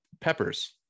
Peppers